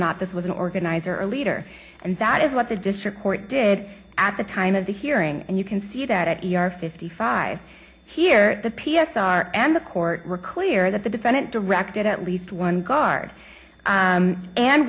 not this was an organizer or leader and that is what the district court did at the time of the hearing and you can see that at your fifty five here the p s r and the court were clear that the defendant directed at least one guard